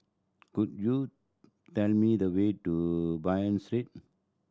could you tell me the way to Bain Street